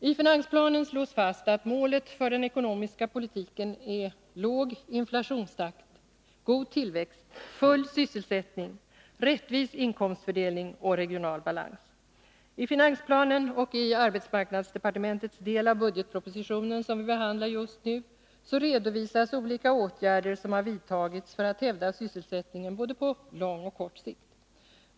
I finansplanen slås fast att målet för den ekonomiska politiken är låg inflationstakt, god tillväxt, full sysselsättning, rättvis inkomstfördelning och regional balans. I finansplanen och i arbetsmarknadsdepartementets del av budgetpropositionen, som vi behandlar just nu, redovisas olika åtgärder som har vidtagits för att hävda sysselsättningen både på lång och på kort sikt.